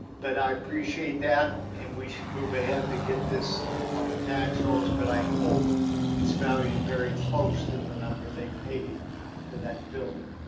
but i appreciate that, and we should move ahead to get this on the tax rolls. but i hope it's valued very close to and the number they paid for that building.